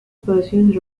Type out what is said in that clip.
pursues